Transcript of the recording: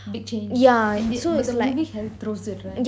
big change so in the movie harry throws it right